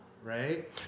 Right